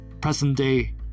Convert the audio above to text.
present-day